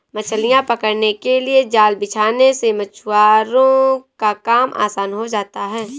मछलियां पकड़ने के लिए जाल बिछाने से मछुआरों का काम आसान हो जाता है